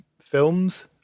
Films